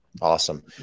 Awesome